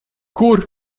kur